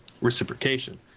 reciprocation